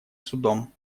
судом